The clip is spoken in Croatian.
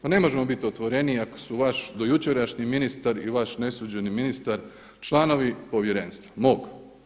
Pa ne možemo biti otvoreniji ako su vaš dojučerašnji ministar i vaš nesuđeni ministar članovi povjerenstva mog.